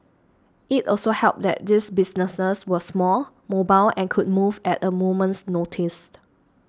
it also helped that these businesses were small mobile and could move at a moment's notice